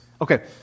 Okay